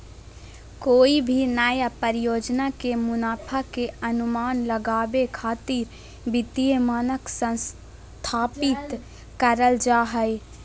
कोय भी नया परियोजना के मुनाफा के अनुमान लगावे खातिर वित्तीय मानक स्थापित करल जा हय